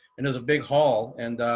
and it was a big hall and